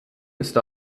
ist